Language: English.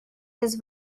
his